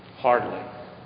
Hardly